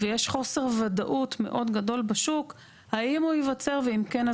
ויש חוסר ודאות מאוד גדול בשוק האם הוא ייווצר ואם כן,